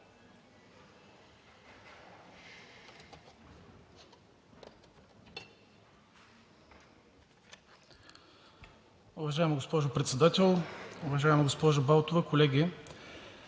Уважаема госпожо Председател, уважаема госпожо Балтова, колеги!